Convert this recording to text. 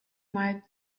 marked